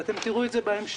ואתם תראו את זה בהמשך,